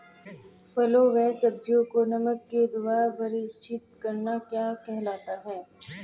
फलों व सब्जियों को नमक के द्वारा परीक्षित करना क्या कहलाता है?